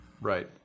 Right